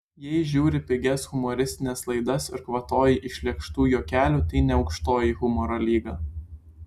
jei žiūri pigias humoristines laidas ir kvatoji iš lėkštų juokelių tai ne aukštoji humoro lyga